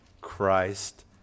Christ